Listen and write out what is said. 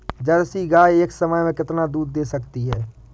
Jersey गाय एक समय में कितना दूध दे सकती है?